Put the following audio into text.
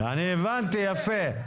אני הבנתי יפה.